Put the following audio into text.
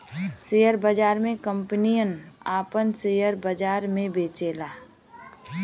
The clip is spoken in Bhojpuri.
शेअर बाजार मे कंपनियन आपन सेअर बाजार मे बेचेला